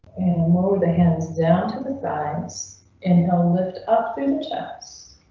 the hands down to the science and he'll lift up through the chest.